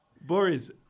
Boris